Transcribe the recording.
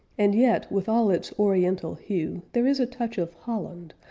and yet with all its oriental hue there is a touch of holland,